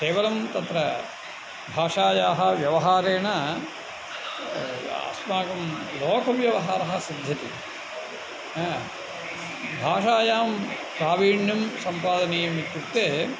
केवलं तत्र भाषायाः व्यवहारेण अस्माकं लोकव्यवहारः सिध्यति भाषायां प्रावीण्यं सम्पादनीयमित्युक्ते